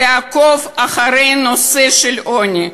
תעקוב אחרי נושא העוני,